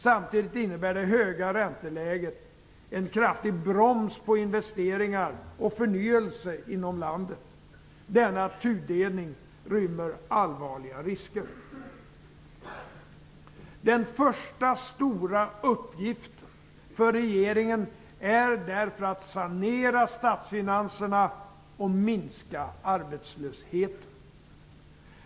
Samtidigt innebär det höga ränteläget en kraftig broms på investeringar och förnyelse inom landet. Denna tudelning rymmer allvarliga risker. Den första stora uppgiften för regeringen är därför att sanera statsfinanserna och att minska arbetslösheten.